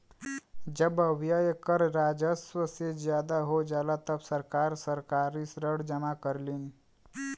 जब व्यय कर राजस्व से ज्यादा हो जाला तब सरकार सरकारी ऋण जमा करलीन